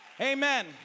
Amen